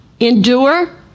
Endure